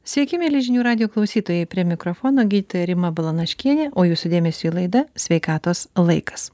sveiki mieli žinių radijo klausytojai prie mikrofono gydytoja rima balanaškienė o jūsų dėmesiui laida sveikatos laikas